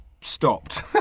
stopped